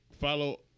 follow